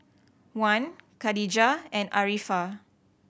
Wan Khadija and Arifa